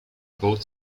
both